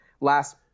last